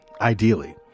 ideally